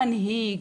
מנהיג,